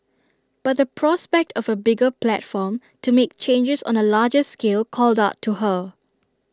but the prospect of A bigger platform to make changes on A larger scale called out to her